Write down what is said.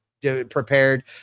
prepared